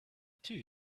two